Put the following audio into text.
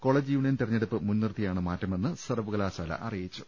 college union തെരഞ്ഞെടുപ്പ് മുൻനിർത്തിയാണ് മാറ്റ മെന്ന് സർവകലാശാല അറിയിച്ചു